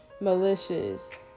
malicious